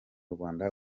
rwanda